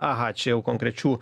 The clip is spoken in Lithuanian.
aha čia jau konkrečių